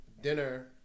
dinner